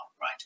right